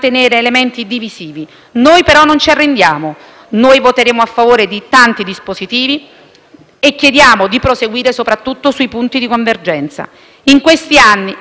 Noi voteremo a favore di tanti dispositivi e chiediamo di proseguire soprattutto sui punti di convergenza. In questi anni, e non solo negli ultimissimi, tanti risultati sono stati raggiunti,